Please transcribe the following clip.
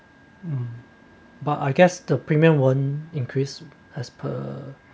uh but I guess the premium won't increase as per